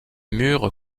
murs